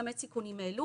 לכמת סיכונים אלו.